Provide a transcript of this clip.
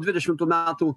dvidešimtų metų